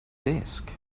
desk